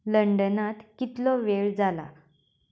लंडनांत कितलो वेळ जाला